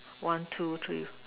one two three